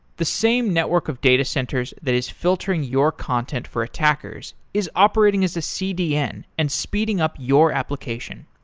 the same network of data centers that is filtering your content for attackers is operating as a cdn and speeding up your application.